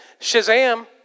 Shazam